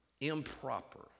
improper